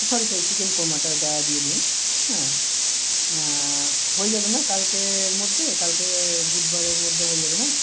sorry sorry chicken কোর্মাটা ওইটা দিয়ে দিয়েন হ্যাঁ হয়ে যাবে না কালকের মধ্যে কালকে বুধবারের মধ্যে হয়ে যাবে না